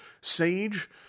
Sage